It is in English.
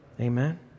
Amen